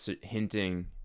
hinting